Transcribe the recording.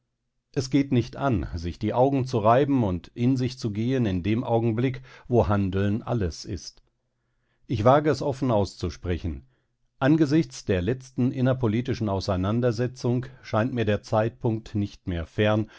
es geht nicht an sich die augen zu reiben und in sich zu gehen in dem augenblick wo handeln alles ist ich wage es offen auszusprechen angesichts der letzten innerpolitischen auseinandersetzung scheint mir der zeitpunkt nicht mehr fern